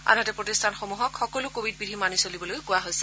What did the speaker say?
আনহাতে প্ৰতিষ্ঠানসমূহক সকলো কভিড বিধি মানি চলিবলৈ কোৱা হৈছে